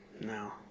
no